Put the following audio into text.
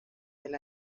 del